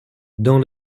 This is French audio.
dans